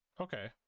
Okay